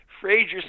Frazier